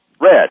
Red